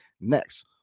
Next